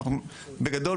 בגדול,